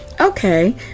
okay